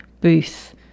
booth